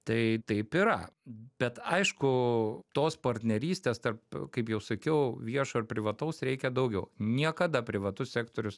tai taip yra bet aišku tos partnerystės tarp kaip jau sakiau viešo ir privataus reikia daugiau niekada privatus sektorius